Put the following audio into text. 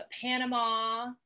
Panama